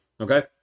Okay